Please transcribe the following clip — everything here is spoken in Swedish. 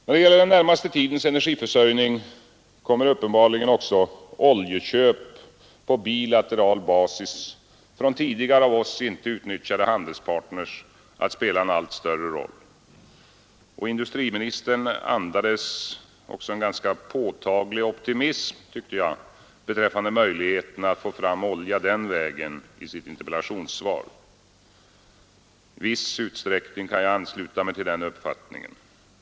När det gäller den närmaste tidens energiförsörjning kommer uppenbarligen också oljeköp på bilateral basis från tidigare av 'oss inte utnyttjade handelspartners att spela en allt större roll. Industriministern andades i sitt interpellationssvar också en ganska påtaglig optimism beträffande möjligheterna att få fram olja den vägen. I viss utsträckning kan jag ansluta mig till den uppfattningen.